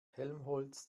helmholtz